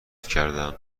کردم